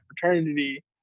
fraternity